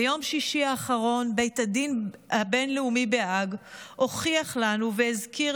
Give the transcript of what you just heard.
ביום שישי האחרון בית הדין הבין לאומי בהאג הוכיח לנו והזכיר